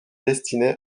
destinés